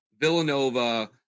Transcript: Villanova